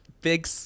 big